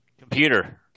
Computer